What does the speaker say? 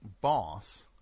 Boss